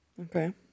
Okay